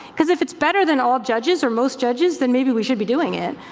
cause if it's better than all judges or most judges, then maybe we should be doing it,